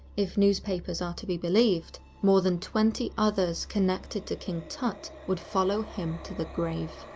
if newspapers are to be believed, more than twenty others connected to king tut would follow him to the grave.